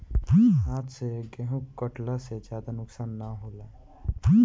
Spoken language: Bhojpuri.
हाथ से गेंहू कटला से ज्यादा नुकसान ना होला